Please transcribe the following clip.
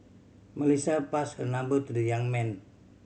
Melissa passed her number to the young man